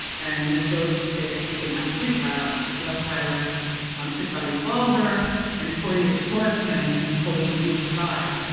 and when josey said that he would not do that, the bus driver um took out a revolver and pointed it towards him and told him to move aside,